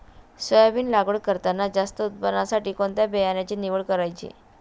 Soybean लागवड करताना जास्त उत्पादनासाठी कोणत्या बियाण्याची निवड करायची?